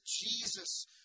Jesus